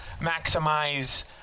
maximize